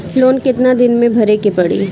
Loan कितना दिन मे भरे के पड़ी?